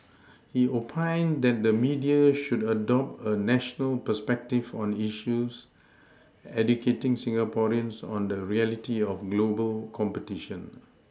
he oPined that the media should adopt a national perspective on issues educating Singaporeans on the reality of global competition